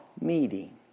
meeting